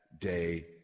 day